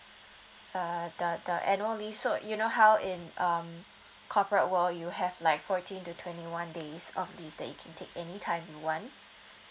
uh the the annual leave so you know how in um corporate world you have like fourteen to twenty one days of leave that you can take any time you want